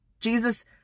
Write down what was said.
Jesus